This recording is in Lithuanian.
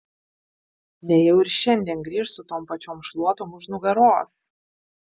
nejau ir šiandien grįš su tom pačiom šluotom už nugaros